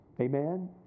Amen